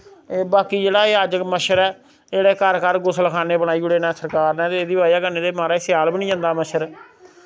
बाकी जेह्ड़ा एह् अज्ज मच्छर ऐ एह् जेह्ड़े घर घर गुसलखान्ने बनाई ओड़े नै सरकार नै ते एह्दी बजह कन्नै ते माराज स्याल बी नी जंदा मच्छर